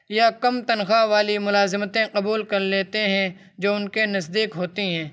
یا کم تنخواہ والی ملازمتیں قبول کر لیتے ہیں جو ان کے نزدیک ہوتی ہیں